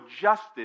justice